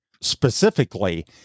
specifically